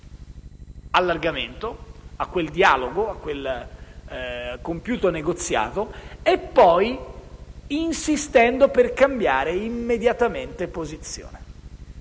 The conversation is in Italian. allargamento, a quel dialogo e a quel compiuto negoziato e, poi, insistendo per cambiare immediatamente posizione.